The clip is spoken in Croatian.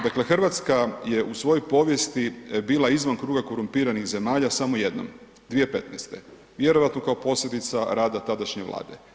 Dakle, Hrvatska je u svojoj povijesti bila izvan kruga korumpiranih zemalja samo jednom 2015., vjerojatno kao posljedica rada tadašnje vlade.